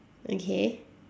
okay